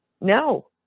no